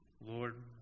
Lord